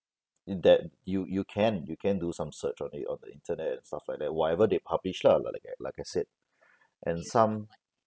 that you you can you can do some search on it on the internet and stuff like that whatever they published lah like like I said and some